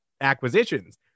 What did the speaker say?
acquisitions